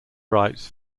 writes